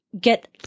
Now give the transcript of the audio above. get